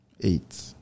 Eight